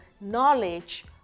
knowledge